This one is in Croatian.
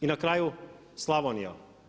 I na kraju Slavonija.